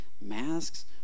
masks